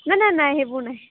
নাই নাই নাই সেইবোৰ নাই